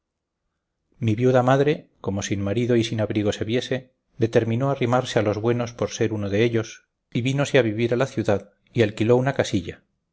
vida mi viuda madre como sin marido y sin abrigo se viese determinó arrimarse a los buenos por ser uno dellos y vínose a vivir a la ciudad y alquiló una casilla